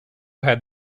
had